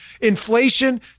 Inflation